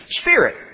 spirit